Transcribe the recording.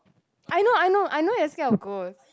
I know I know I know you scare of ghost